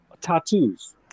tattoos